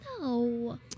No